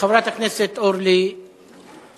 חברת הכנסת אורלי אבקסיס?